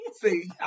See